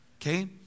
okay